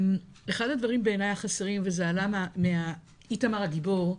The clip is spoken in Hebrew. אחד הדברים שבעיניי חסרים וזה עלה מאיתמר הגיבור,